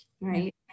Right